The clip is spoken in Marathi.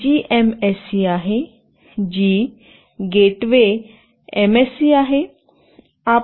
तर आपल्याकडे एक जीएमएससी आहे जी गेटवे एमएससी आहे